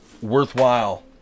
worthwhile